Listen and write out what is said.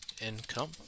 income